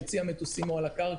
שצי המטוסים הוא על הקרקע,